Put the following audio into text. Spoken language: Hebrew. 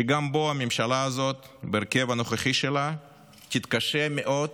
שגם בו הממשלה הזאת בהרכב הנוכחי שלה תתקשה מאוד